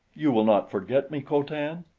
you will not forget me, co-tan?